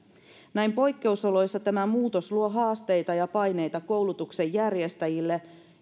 näin poikkeusoloissa tämä muutos luo haasteita ja paineita koulutuksen järjestäjille